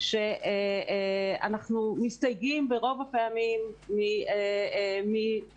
שאנחנו מסתייגים רוב הפעמים מפעילותו